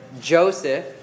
Joseph